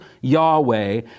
Yahweh